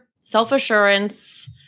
self-assurance